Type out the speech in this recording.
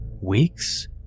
Weeks